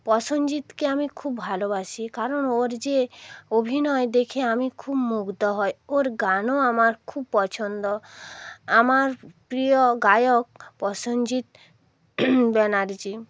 পসেনজিৎকে আমি খুব ভালোবাসি কারণ ওর যে অভিনয় দেখে আমি খুব মুগ্ধ হই ওর গানও আমার খুব পছন্দ আমার প্রিয় গায়ক প্রসেনজিৎ ব্যানার্জি